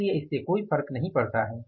इसलिए इससे कोई फर्क नहीं पड़ता है